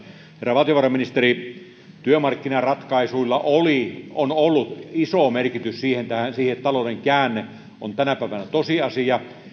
herra valtiovarainministeri työmarkkinaratkaisuilla on ollut iso merkitys siinä että talouden käänne on tänä päivänä tosiasia